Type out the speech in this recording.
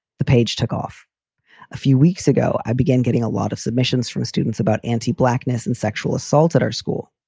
the page took off a few weeks ago. i began getting a lot of submissions from students about anti blackness and sexual assault at our school.